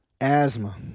asthma